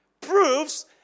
proves